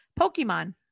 Pokemon